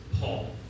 paul